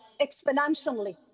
exponentially